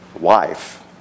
wife